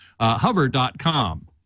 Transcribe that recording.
Hover.com